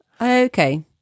Okay